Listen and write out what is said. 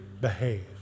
behave